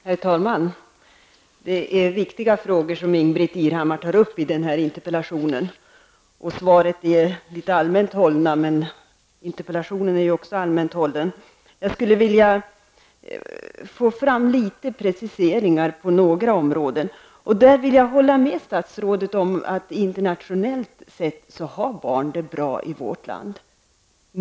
Herr talman! Det är viktiga frågor som Ingbritt Irhammar för fram i sin interpellation. Svaren är litet allmänt hållna, men det är också interpellationen. Jag vill därför få några preciseringar på ett par områden. Jag håller med statsrådet Bengt Lindqvist om att internationellt sett har barn det bra i vårt land.